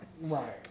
Right